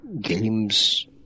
games